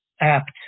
apt